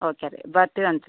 okay ರೀ ಬರ್ತಿವಂತೆ